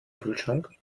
kühlschrank